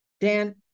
Dan